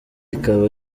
ikaba